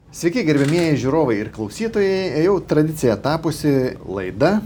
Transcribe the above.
sveiki gerbiamieji žiūrovai ir klausytojai jau tradicija tapusi laida